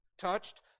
Touched